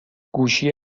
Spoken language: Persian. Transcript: گوشی